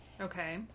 Okay